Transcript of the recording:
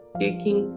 taking